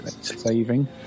saving